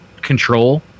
control